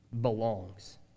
belongs